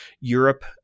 Europe